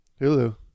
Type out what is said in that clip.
Hulu